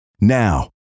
Now